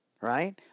right